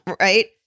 Right